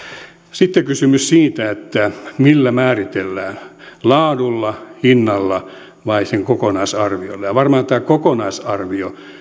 sitten kysymys siitä millä määritellään laadulla hinnalla vai kokonaisarviolla varmaan tämä kokonaisarvio